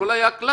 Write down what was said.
הכול היה כלל.